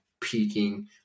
peaking